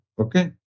okay